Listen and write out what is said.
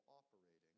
operating